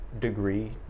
degree